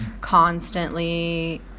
Constantly